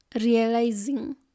realizing